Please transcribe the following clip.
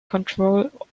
control